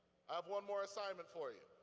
i have one more assignment for you.